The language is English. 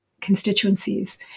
constituencies